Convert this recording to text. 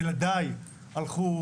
ילדיי הלכו